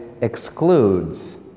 excludes